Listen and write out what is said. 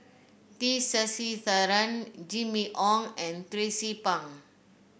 T Sasitharan Jimmy Ong and Tracie Pang